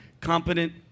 competent